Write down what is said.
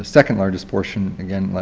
ah second largest portion, again, like